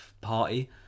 party